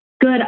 good